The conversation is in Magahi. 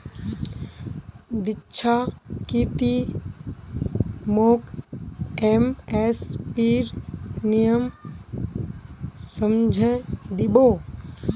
दीक्षा की ती मोक एम.एस.पीर नियम समझइ दी बो